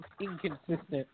inconsistent